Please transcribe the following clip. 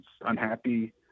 unhappy